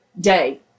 day